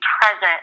present